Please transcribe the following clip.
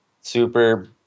super